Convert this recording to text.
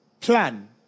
plan